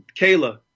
Kayla